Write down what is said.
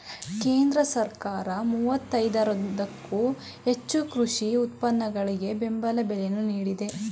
ಕೇಂದ್ರ ಸರ್ಕಾರ ಮೂವತ್ತೇರದಕ್ಕೋ ಹೆಚ್ಚು ಕೃಷಿ ಉತ್ಪನ್ನಗಳಿಗೆ ಬೆಂಬಲ ಬೆಲೆಯನ್ನು ನೀಡಿದೆ